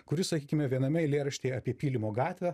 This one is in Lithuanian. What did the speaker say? kuris sakykime viename eilėraštyje apie pylimo gatvę